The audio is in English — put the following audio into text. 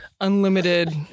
unlimited